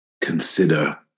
consider